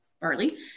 barley